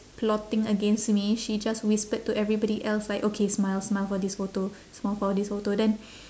plotting against me she just whispered to everybody else like okay smile smile for this photo smile for this photo then